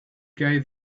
gave